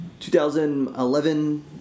2011